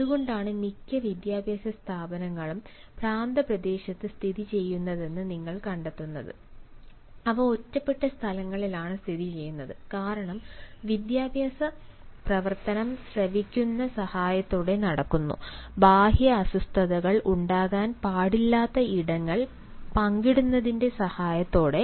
അതുകൊണ്ടാണ് മിക്ക വിദ്യാഭ്യാസ സ്ഥാപനങ്ങളും പ്രാന്തപ്രദേശത്ത് സ്ഥിതിചെയ്യുന്നതെന്ന് നിങ്ങൾ കണ്ടെത്തുന്നത് അവ ഒറ്റപ്പെട്ട സ്ഥലങ്ങളിലാണ് സ്ഥിതിചെയ്യുന്നത് കാരണം വിദ്യാഭ്യാസ പ്രവർത്തനം ശ്രവിക്കുന്ന സഹായത്തോടെ നടക്കുന്നു ബാഹ്യ അസ്വസ്ഥതകൾ ഉണ്ടാകാൻ പാടില്ലാത്ത ഇടങ്ങൾ പങ്കിടുന്നതിന്റെ സഹായത്തോടെ